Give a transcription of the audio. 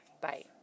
Bye